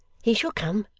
he shall come